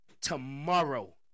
tomorrow